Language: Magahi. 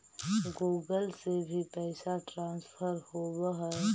गुगल से भी पैसा ट्रांसफर होवहै?